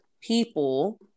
people